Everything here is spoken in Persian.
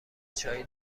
چایی